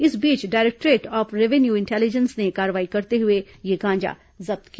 इस बीच directorate of revenue intelligence ने कार्रवाई करते हुए यह गांजा जब्त किया